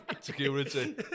security